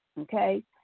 okay